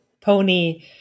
Pony